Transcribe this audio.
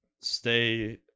stay